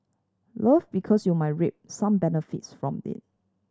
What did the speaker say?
love because you might reap some benefits from it